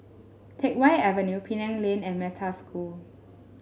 Teck Whye Avenue Penang Lane and Metta School